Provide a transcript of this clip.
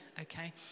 okay